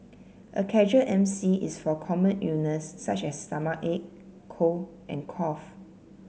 a casual M C is for common illness such as stomachache cold and cough